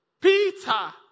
Peter